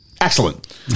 excellent